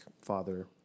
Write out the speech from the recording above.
father